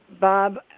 Bob